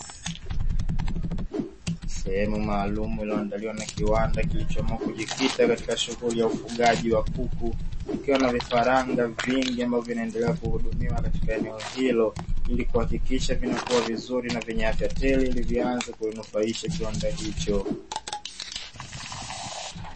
Sehemu maalumu inayoandaliwa na kiwanda kilichoamua kujikita katika shughuli ya ufugaji wa kuku, ikiwa na vifaranga vingi ambavyo vinaendelea kuhudumiwa katika eneo hilo ili kuhakikisha vinakuwa vizuri na vyenye afya teli ilivyoanza kuinufaisha kiwanda hicho.